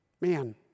man